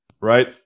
right